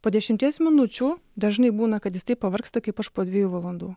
po dešimties minučių dažnai būna kad jis taip pavargsta kaip aš po dviejų valandų